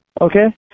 Okay